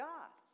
God